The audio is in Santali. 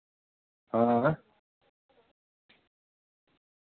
ᱦᱮᱸ